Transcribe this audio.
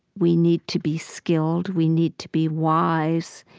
we need to be skilled, we need to be wise,